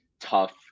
tough